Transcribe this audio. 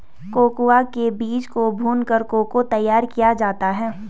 cocoa के बीज को भूनकर को को तैयार किया जाता है